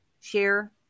share